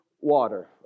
water